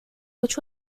which